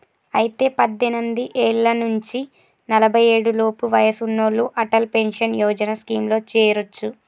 అయితే పద్దెనిమిది ఏళ్ల నుంచి నలఫై ఏడు లోపు వయసు ఉన్నోళ్లు అటల్ పెన్షన్ యోజన స్కీమ్ లో చేరొచ్చు